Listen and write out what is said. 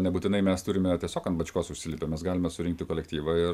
nebūtinai mes turime tiesiog ant bačkos užsilipę mes galime surinkti kolektyvą ir